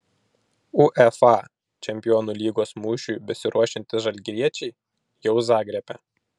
uefa čempionų lygos mūšiui besiruošiantys žalgiriečiai jau zagrebe